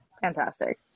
fantastic